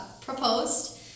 proposed